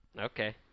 Okay